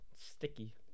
Sticky